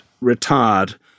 retired